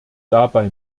dabei